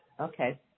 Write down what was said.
Okay